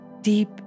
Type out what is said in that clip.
deep